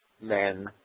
men